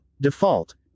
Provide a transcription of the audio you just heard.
default